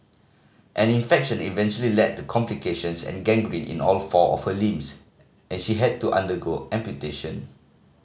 an infection eventually led to complications and gangrene in all four of her limbs and she had to undergo amputation